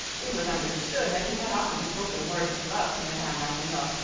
it was understood that he had often spoken words of love to madame ratignolle,